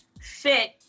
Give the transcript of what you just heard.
fit